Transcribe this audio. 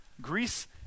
Greece